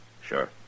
Sure